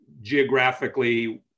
geographically